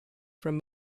from